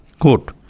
Quote